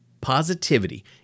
Positivity